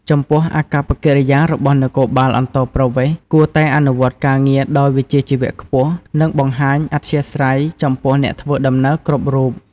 ចំពោះអាកប្បកិរិយារបស់នគរបាលអន្តោប្រវេសន៍ គួរតែអនុវត្តការងារដោយវិជ្ជាជីវៈខ្ពស់ និងបង្ហាញអធ្យាស្រ័យចំពោះអ្នកធ្វើដំណើរគ្រប់រូប។